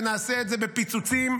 ונעשה את זה בפיצוצים,